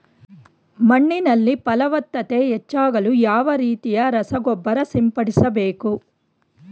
ಮಣ್ಣಿನಲ್ಲಿ ಫಲವತ್ತತೆ ಹೆಚ್ಚಾಗಲು ಯಾವ ರೀತಿಯ ರಸಗೊಬ್ಬರ ಸಿಂಪಡಿಸಬೇಕು?